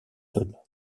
sol